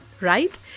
right